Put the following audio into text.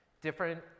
different